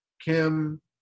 Kim